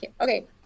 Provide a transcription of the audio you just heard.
Okay